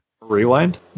Rewind